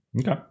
Okay